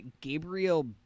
Gabriel